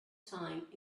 time